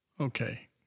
okay